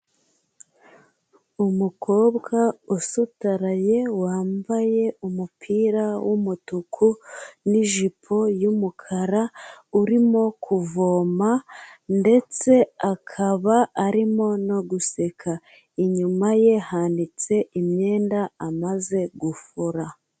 Umukobwa usutaraye, wambaye umupira w'umutuku n'ijipo y'umukara urimo kuvoma, ndetse akaba arimo no guseka, inyuma ye hanitse imyenda amaze gufura.